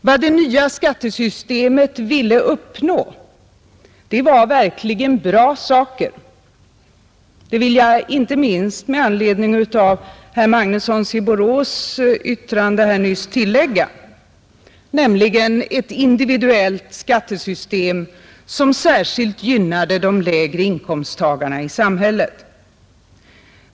Vad det nya skattesystemet ville uppnå var verkligen bra saker — det vill jag tillägga, inte minst med anledning av herr Magnussons i Borås yttrande här nyss — nämligen ett individuellt skattesystem, som särskilt gynnade de lägre inkomstgrupperna i samhället.